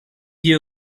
hier